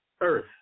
earth